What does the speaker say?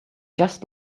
just